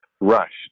rushed